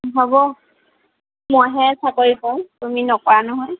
হ'ব মইহে চাকৰি কৰোঁ তুমি নকৰা নহয়